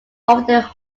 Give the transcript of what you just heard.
over